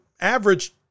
average